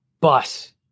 bus